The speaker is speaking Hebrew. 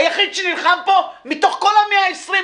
היחיד שנלחם פה מתוך כל 120,